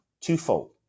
twofold